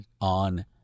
on